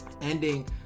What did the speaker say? ending